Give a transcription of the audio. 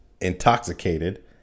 intoxicated